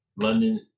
London